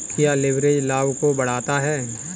क्या लिवरेज लाभ को बढ़ाता है?